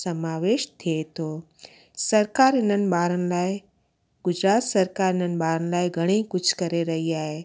समावेश थिए थो सरकार हिननि ॿारनि लाइ गुजरात सरकारु हिननि ॿारनि लाइ घणेई कुझु करे रही आहे